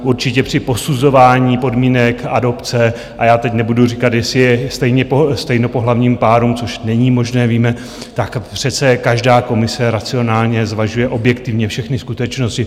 Určitě při posuzování podmínek adopce a já teď nebudu říkat, jestli je stejnopohlavním párům, což není možné, víme tak přece každá komise racionálně zvažuje objektivně všechny skutečnosti.